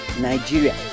nigeria